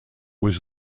was